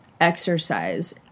exercise